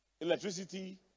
electricity